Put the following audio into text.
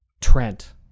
Trent